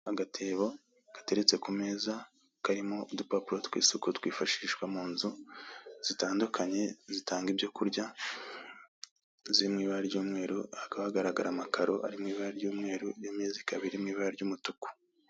Agatebo gateretse ku meza, karimo udupapuro tw'isuku twifashishwa mu nzu zitandukanye zitanga ibyo kurya, ziri mu ibara ry'umweru, hakaba hagaragara amakaro ari mu ibara ry'umweru, imeza ikaba iri mu ibara ry'umutuku.